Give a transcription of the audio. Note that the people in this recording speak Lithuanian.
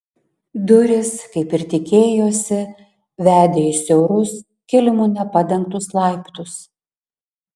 durys kaip ir tikėjosi vedė į siaurus kilimu nepadengtus laiptus